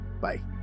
Bye